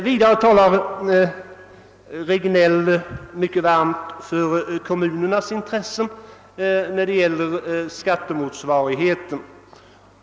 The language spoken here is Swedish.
Vidare talade nerr Regnéll mycket varmt för kommunernas intressen beträffande skattemotsvarigheten.